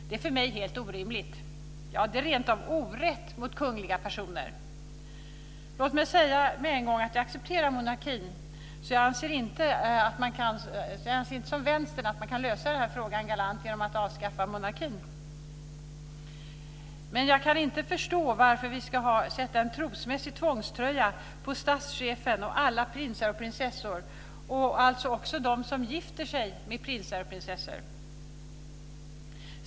Det är för mig helt orimligt. Ja, det är rentav orätt mot kungliga personer. Låt mig med en gång säga att jag accepterar monarkin, så jag anser inte som Vänstern att man kan lösa denna fråga galant genom att avskaffa monarkin. Men jag kan inte förstå varför vi ska sätta en trosmässig tvångströja på statschefen och alla prinsar och prinsessor och också på dem som gifter sig med prinsar och prinsessor.